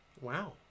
Wow